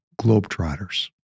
Globetrotters